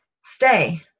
Stay